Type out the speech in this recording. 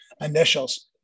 initials